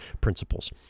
principles